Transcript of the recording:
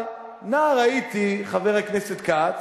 אבל, נער הייתי, חבר הכנסת כץ,